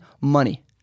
money